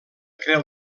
creu